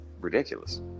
ridiculous